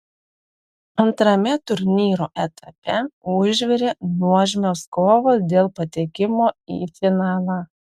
antrame turnyro etape užvirė nuožmios kovos dėl patekimo į finalą